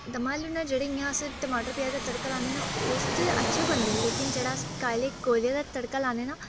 दम आलू न जेह्ड़े इ'यां अस टमाटर प्याज़ दा तड़का लाने न उस च अच्छे बनदे न लेकिन जेह्ड़ा अस काले कोयले दा तड़का लाने ना